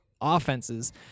offenses